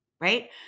right